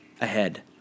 ahead